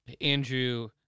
Andrew